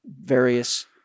various